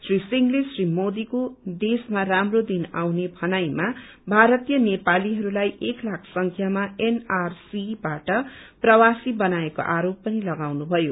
श्री सिंहले श्री मोदीको देशमा राप्रो दिन आउने भनाईमा भारतीय नेपालीहस्लाई एक लाख संख्यामा एनआरसीबाट प्रवाशी बनाएको आरोप पनि लगाउनुभयो